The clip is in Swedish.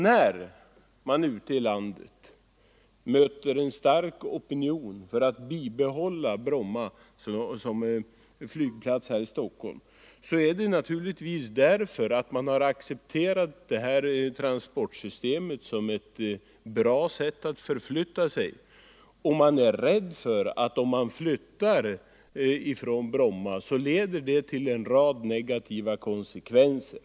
När vi ute i landet möter en stark opinion för att bibehålla Bromma som flygplats här i Stockholm beror det naturligtvis på att man har accepterat det här transportsystemet som ett bra sätt att förflytta sig och är rädd för att en flyttning av flygplatsen från Bromma skulle få en rad negativa konsekvenser.